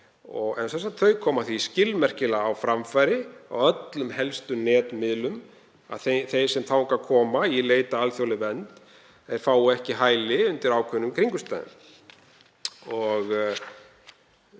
kerfið. Þau koma því skilmerkilega á framfæri á öllum helstu netmiðlum að þeir sem þangað koma í leit að alþjóðlegri vernd fái ekki hæli undir ákveðnum kringumstæðum.